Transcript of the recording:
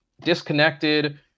disconnected